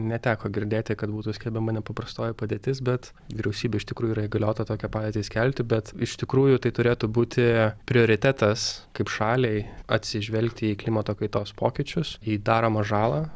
neteko girdėti kad būtų skelbiama nepaprastoji padėtis bet vyriausybė iš tikrųjų yra įgaliota tokią padėtį skelbti bet iš tikrųjų tai turėtų būti prioritetas kaip šaliai atsižvelgti į klimato kaitos pokyčius į daromą žalą